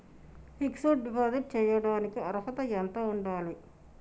Fix డ్ deposit చేయటానికి అర్హత ఎంత ఉండాలి?